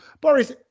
Boris